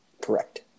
Correct